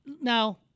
now